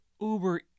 Uber